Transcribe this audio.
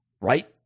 right